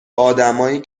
آدمایی